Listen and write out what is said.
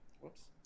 Whoops